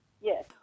Yes